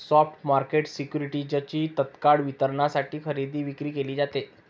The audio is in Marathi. स्पॉट मार्केट सिक्युरिटीजची तत्काळ वितरणासाठी खरेदी विक्री केली जाते